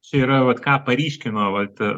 čia yra vat ką paryškino vat